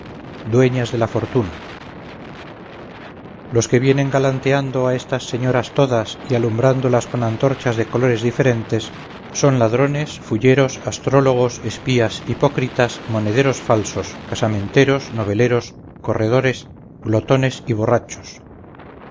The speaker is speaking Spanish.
dueñas de la fortuna los que vienen galanteando a estas señoras todas y alumbrándolas con antorchas de colores diferentes son ladrones fulleros astrólogos espías hipócritas monederos falsos casamenteros noveleros corredores glotones y borrachos